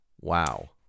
Wow